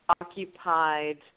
occupied